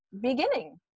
beginning